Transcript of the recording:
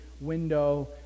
window